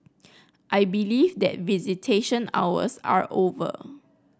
I believe that visitation hours are over